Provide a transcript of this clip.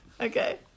Okay